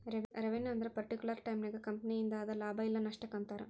revenue ಅಂದ್ರ particular ಟೈಮನ್ಯಾಗ ಕಂಪನಿಯಿಂದ ಆದ ಲಾಭ ಇಲ್ಲ ನಷ್ಟಕ್ಕ ಅಂತಾರ